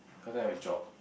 what type of job